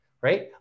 right